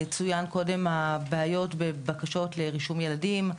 צוין קודם הבעיות בבקשות לרישום ילדים,